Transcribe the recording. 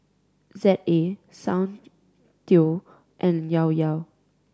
Z A Soundteoh and Llao Llao